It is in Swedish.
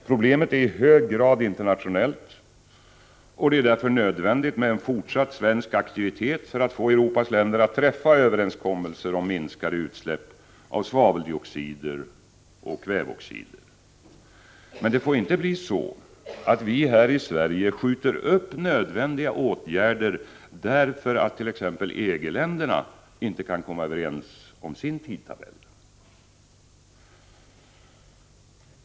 Problemet är i hög grad internationellt, och det är därför nödvändigt med en fortsatt svensk aktivitet för att få Europas länder att träffa överenskommelser om minskade utsläpp av svaveldioxid och kväveoxider. Men det får inte bli så att vi här i Sverige skjuter upp nödvändiga åtgärder därför att t.ex. EG-länderna inte kan komma överens om sin tidtabell.